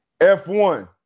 F1